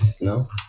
no